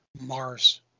Mars